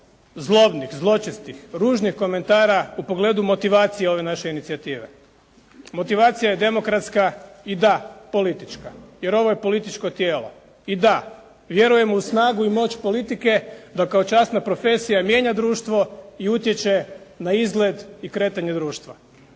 zlobnih, zločestih, ružnih komentara u pogledu motivacije ove naše inicijative. Motivacija je demokratska i da politička, jer ovo je političko tijelo. I da, vjerujemo u snagu i moć politike da kao časna profesija i mijenja društvo i utječe na izgled i kretanje društva.